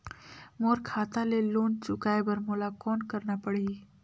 मोर खाता ले लोन चुकाय बर मोला कौन करना पड़ही?